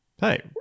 hey